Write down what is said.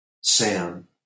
Sam